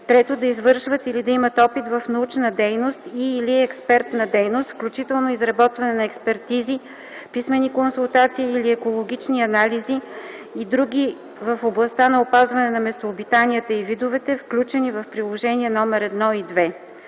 3. да извършват или да имат опит в научна дейност и/или експертна дейност, включително изработване на експертизи, писмени консултации или екологични анализи и други в областта на опазване на местообитанията и видовете, включени в приложения № 1 и 2;